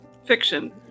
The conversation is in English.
fiction